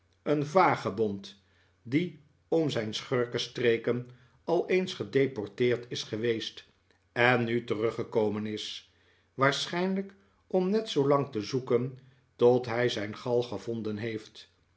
een vagebond die om zijn schurkenstreken al eens gedeporteerd is geweest en nu teruggekomen is waarschijnlijk om net zoolang te zoeken tot hij zijn galg gevonden heeft